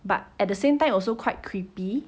but at the same time also quite creepy